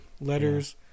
letters